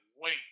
wait